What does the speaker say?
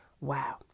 Wow